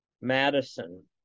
Madison